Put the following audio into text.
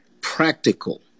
practical